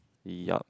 yeap